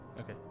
Okay